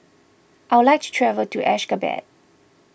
I would like to travel to Ashgabat